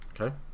Okay